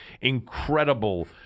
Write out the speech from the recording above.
incredible